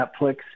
Netflix